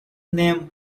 name